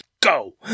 go